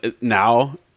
now